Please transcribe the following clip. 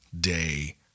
day